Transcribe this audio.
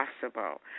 possible